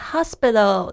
Hospital